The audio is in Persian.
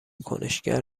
کنشگر